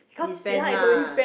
his friend lah